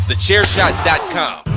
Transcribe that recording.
TheChairShot.com